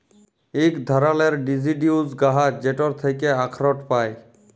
ইক ধারালের ডিসিডিউস গাহাচ যেটর থ্যাকে আখরট পায়